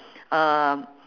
uh